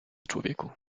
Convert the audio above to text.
człowieku